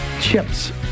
chips